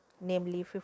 namely